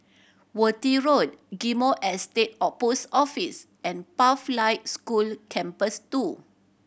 Worth Road Ghim Moh Estate of Post Office and Pathlight School Campus Two